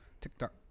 TikTok